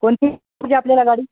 कोणती आपल्याला गाडी